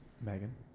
Megan